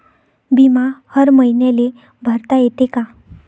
बिमा हर मईन्याले भरता येते का?